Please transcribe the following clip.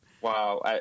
Wow